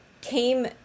came